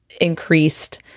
increased